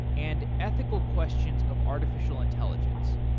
and ethical questions of artificial intelligence.